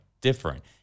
different